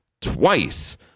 twice